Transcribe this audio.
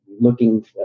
looking